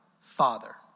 father